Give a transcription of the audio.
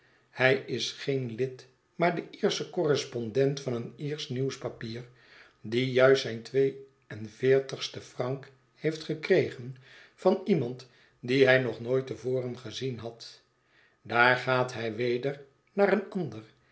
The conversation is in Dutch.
hij is geen lid maar de iersche correspondent van een iersch nieuwspapier die juist zijn twee en veertigsten frank heeft gekregen van iemand dien hij nog nooit te voren gezien had daar'gaat hij weder naar een ander